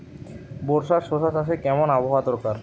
বর্ষার শশা চাষে কেমন আবহাওয়া দরকার?